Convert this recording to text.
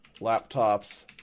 laptops